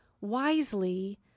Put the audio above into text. wisely